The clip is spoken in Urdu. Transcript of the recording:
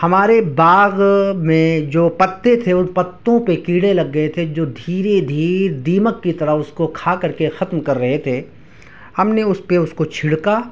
ہمارے باغ میں جو پتے تھے ان پتوں پہ کیڑے لگ گئے تھے جو دھیرے دھیرے دیمک کی طرح اس کو کھا کر کے ختم کر رہے تھے ہم نے اس پہ اس کو چھڑکا